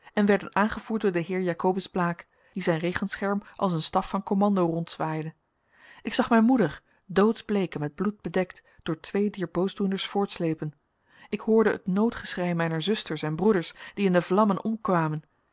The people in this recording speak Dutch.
en werden aangevoerd door den heer jacobus blaek die zijn regenscherm als een staf van commando rondzwaaide ik zag mijn moeder doodsbleek en met bloed bedekt door twee dier boosdoeners voortsleepen ik hoorde het noodgeschrei mijner zusters en broeders die in de vlammen omkwamen